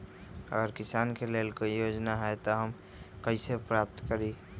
अगर किसान के लेल कोई योजना है त हम कईसे प्राप्त करी?